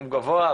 הוא גבוה,